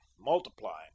multiplying